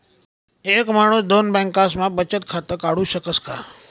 एक माणूस दोन बँकास्मा बचत खातं काढु शकस का?